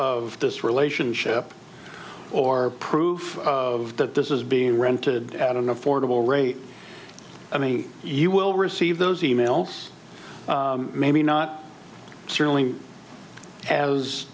of this relationship or proof of that this is being rented at an affordable rate i mean you will receive those e mails maybe not certainly as